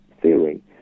theory